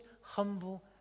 humble